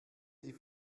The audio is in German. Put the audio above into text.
die